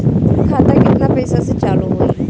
खाता केतना पैसा से चालु होई?